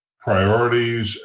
priorities